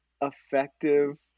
effective